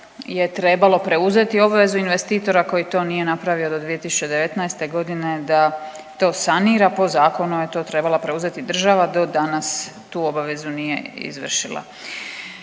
je trebalo preuzeti obvezu investitora koji to nije napravio do 2019.g. da to sanira, po zakonu je to trebala preuzeti država, do danas tu obavezu nije izvršila.